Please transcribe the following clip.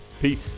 Peace